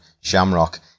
Shamrock